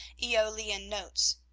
aeolian notes.